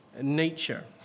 nature